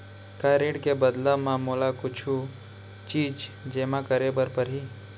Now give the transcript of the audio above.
का ऋण के बदला म मोला कुछ चीज जेमा करे बर लागही?